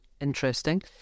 interesting